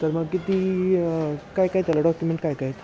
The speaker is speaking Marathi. तर मग किती काय काय त्याला डॉक्युमेंट काय काय